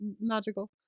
magical